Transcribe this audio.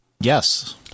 Yes